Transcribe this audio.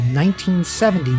1970